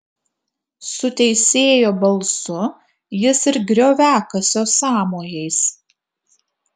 su teisėjo balsu jis ir grioviakasio sąmojais